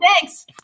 thanks